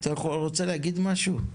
אתה רוצה להגיד משהו?